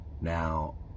now